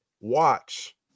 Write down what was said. watch